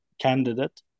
candidate